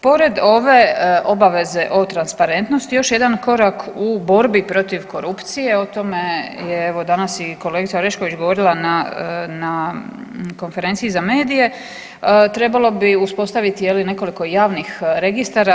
Pored ove obaveze o transparentnosti još jedan korak u borbi protiv korupcije, o tome je evo danas i kolegica Orešković govorila na, na konferenciji za medije, trebalo bi uspostaviti nekoliko javnih registara.